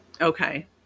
Okay